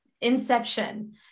inception